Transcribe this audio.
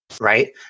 right